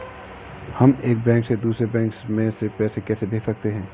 हम एक बैंक से दूसरे बैंक में पैसे कैसे भेज सकते हैं?